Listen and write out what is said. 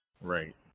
Right